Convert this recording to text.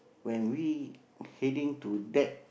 when we heading to that